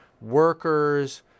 workers